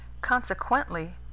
Consequently